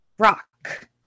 Rock